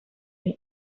you